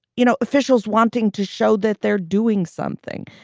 you know, officials wanting to show that they're doing something.